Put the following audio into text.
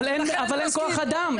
אבל אין כוח אדם.